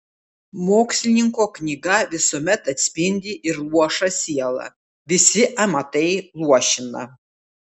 mokslininko knyga visuomet atspindi ir luošą sielą visi amatai luošina